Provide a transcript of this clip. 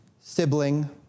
sibling